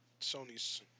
Sony's